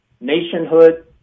nationhood